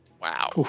Wow